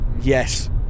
Yes